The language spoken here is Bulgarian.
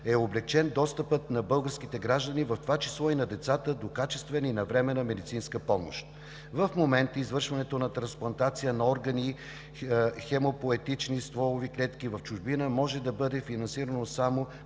е облекчен достъпът на българските граждани, в това число и на децата, до качествена и навременна медицинска помощ. В момента извършването на трансплантация на органи, хемопоетични стволови клетки в чужбина може да бъде финансирано само